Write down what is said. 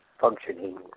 functioning